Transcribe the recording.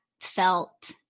felt